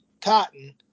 cotton